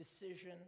decision